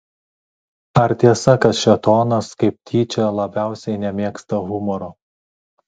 ar tiesa kad šėtonas kaip tyčia labiausiai nemėgsta humoro